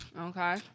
Okay